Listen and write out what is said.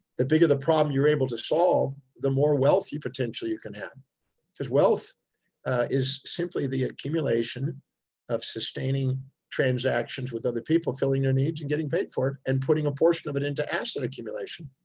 the bigger the problem you're able to solve, the more wealthy potentially you can have because wealth is simply the accumulation of sustaining transactions with other people, filling their needs and getting paid for it and putting a portion of it into asset accumulation.